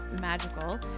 magical